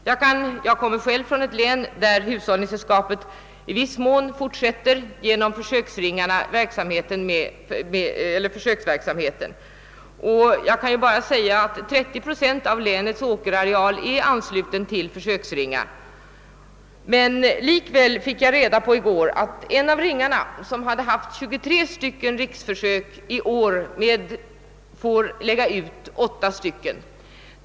Jag kommer själv från ett län, där hushållningssällskapet i viss mån genom försöksringarna fortsätter sin försöksverksamhet, och jag kan nämna att 30 procent av länets åkerareal är ansluten till dessa försöksringar. Likväl, fick jag reda på i går, får en av ringarna, som hade 23 riksförsök förra året, lägga ut endast 8 stycken i år.